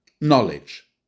Knowledge